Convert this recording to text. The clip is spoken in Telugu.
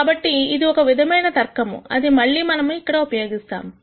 కాబట్టి ఇది ఒక విధమైన తర్కము అది మళ్ళీ మనము ఇక్కడ ఉపయోగిస్తాము